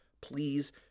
please